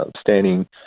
standing